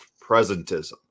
presentism